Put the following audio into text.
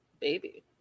baby